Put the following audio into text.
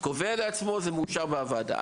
קובעים לעצמם וזה מאושר בוועדה.